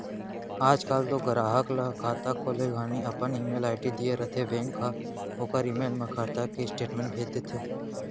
आज काल तो गराहक ह खाता खोले घानी अपन ईमेल आईडी दिए रथें बेंक हर ओकर ईमेल म खाता के स्टेटमेंट भेज देथे